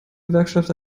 gewerkschaft